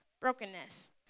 brokenness